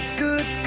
good